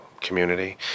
community